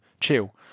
Chill